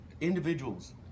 individuals